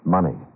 Money